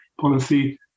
policy